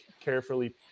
carefully